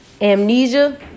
Amnesia